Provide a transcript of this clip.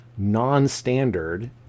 non-standard